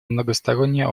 многосторонние